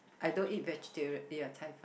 I don't eat vegetarian ya Cai Fan